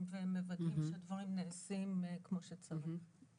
ומוודאים שדברים נעשים כמו שצריך.